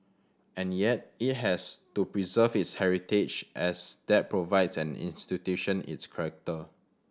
and yet it has to preserve its heritage as that provides an institution its correcter